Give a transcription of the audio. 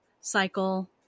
cycle